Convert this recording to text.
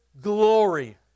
glory